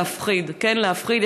להפחיד, כן, להפחיד.